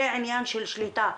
זה עניין של שליטה,